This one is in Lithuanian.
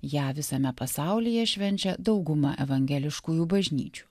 ją visame pasaulyje švenčia dauguma evangeliškųjų bažnyčių